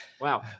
Wow